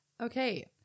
Okay